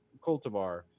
cultivar